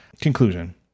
conclusion